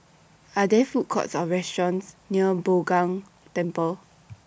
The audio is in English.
Are There Food Courts Or restaurants near Bao Gong Temple